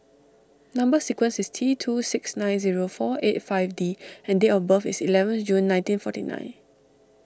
Number Sequence is T two six nine zero four eight five D and date of birth is eleventh June nineteen forty nine